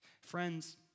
Friends